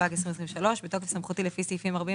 התשפ"ג 2023. בתוקף סמכותי לפי סעיפים 41